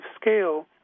scale